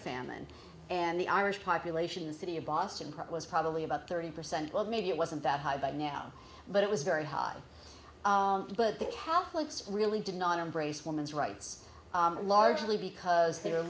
famine and the irish population in the city of boston part was probably about thirty percent well maybe it wasn't that high by now but it was very high but the catholics really did not embrace women's rights largely because they